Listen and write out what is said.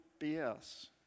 BS